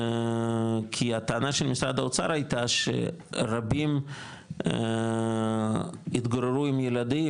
כי הטענה של משרד האוצר הייתה שרבים התגוררו עם ילדים,